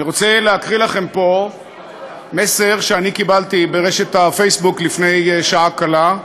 אני רוצה להקריא לכם פה מסר שקיבלתי בפייסבוק לפני שעה קלה,